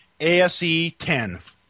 ASE10